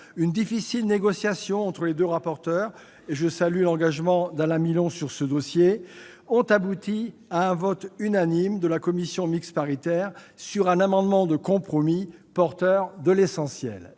une difficile négociation entre les deux rapporteurs- je salue l'engagement d'Alain Milon sur ce dossier -ont abouti à un vote unanime de la commission mixte paritaire sur un amendement de compromis porteur de l'essentiel,